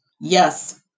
Yes